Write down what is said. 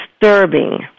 disturbing